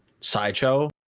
Sideshow